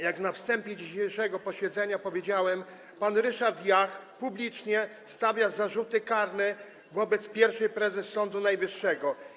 Jak na wstępie dzisiejszego posiedzenia powiedziałem, pan Ryszard Jach publicznie stawia zarzuty karne wobec pierwszej prezes Sądu Najwyższego.